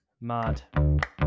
Mad